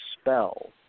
spell